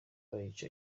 bayica